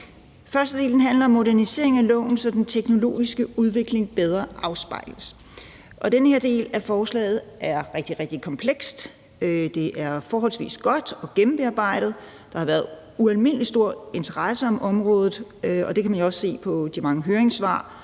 Første del handler om modernisering af loven, så den teknologiske udvikling bedre afspejles. Den her del af forslaget er rigtig, rigtig kompleks. Det er forholdsvis godt og gennembearbejdet. Der har været ualmindelig stor interesse for området, og det kan man jo også se på de mange høringssvar,